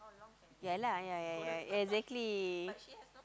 ya lah ya ya ya exactly